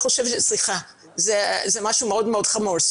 זה משהו מאוד מאוד חמור.